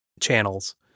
channels